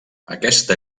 aquesta